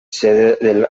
sede